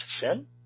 sin